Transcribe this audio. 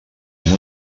amb